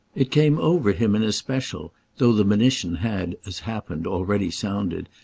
it came over him in especial though the monition had, as happened, already sounded,